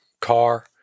car